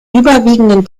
überwiegenden